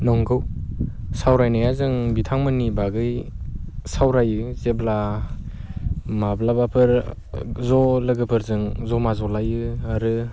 नंगौ सावरायनाया जों बिथांमोननि बागै सावरायो जेब्ला माब्लाबाफोर ज लोगोफोरजों जमा जलायो आरो